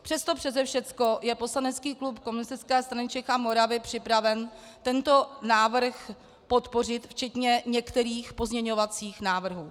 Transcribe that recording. Přes to přese všechno je poslanecký klub Komunistické strany Čech a Moravy připraven tento návrh podpořit včetně některých pozměňovacích návrhů.